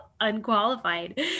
unqualified